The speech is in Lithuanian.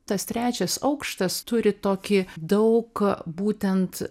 tas trečias aukštas turi tokį daug būtent